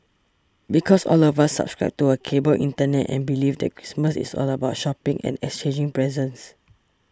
because all of us subscribe to a cable Internet and belief that Christmas is all about shopping and exchanging presents